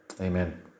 Amen